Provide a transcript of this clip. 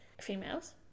females